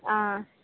ஆ